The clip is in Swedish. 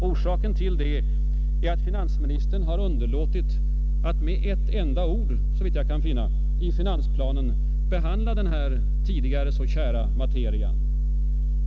Orsaken härtill är att finansministern såvitt jag kan finna har underlåtit att med ett enda ord i finansplanen behandla denna tidigare så kära materia.